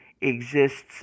exists